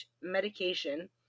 medication